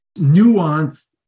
nuanced